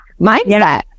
mindset